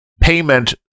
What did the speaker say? payment